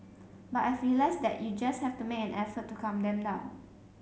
but I've realised that you just have to make an effort to calm them down